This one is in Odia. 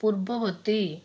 ପୂର୍ବବର୍ତ୍ତୀ